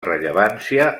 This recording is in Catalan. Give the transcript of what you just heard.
rellevància